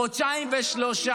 חודשיים ושלושה,